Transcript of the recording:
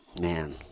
man